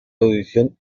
audición